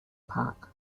park